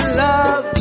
love